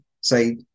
say